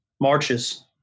marches